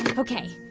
ah ok.